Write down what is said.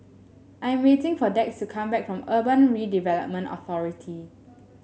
I'm waiting for Dax to come back from Urban Redevelopment Authority